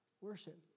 Worship